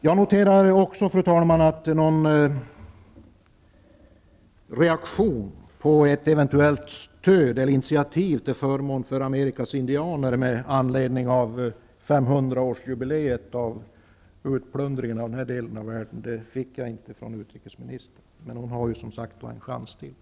Jag noterar också, fru talman, att jag inte fick någon reaktion från utrikesministern beträffande ett eventuellt stöd eller initiativ till förmån för årsjubileet av utplundringen av denna del av världen. Men hon har ju som sagt en chans till.